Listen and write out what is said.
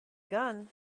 gun